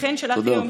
תודה.